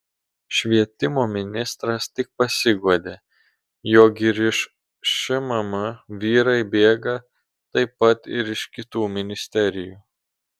švietimo ministras tik pasiguodė jog ir iš šmm vyrai bėga taip pat ir iš kitų ministerijų